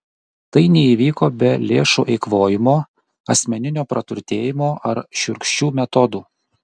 tai neįvyko be lėšų eikvojimo asmeninio praturtėjimo ar šiurkščių metodų